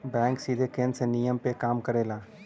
bank सीधे केन्द्र के नियम पे काम करला